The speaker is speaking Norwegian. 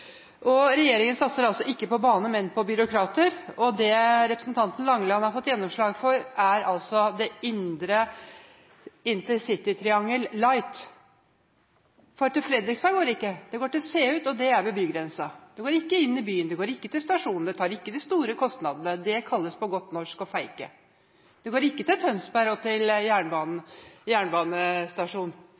det. Regjeringen satser altså ikke på bane, men på byråkrater. Det representanten Langeland har fått gjennomslag for, er altså det indre intercitytriangel «light» – for til Fredrikstad går ikke toget; det går til Seut, og det er ved bygrensen. Det går ikke inn i byen, det går ikke til stasjonen, det tar ikke de store kostnadene. Det kalles på godt norsk å «fake». Det går ikke til Tønsberg og til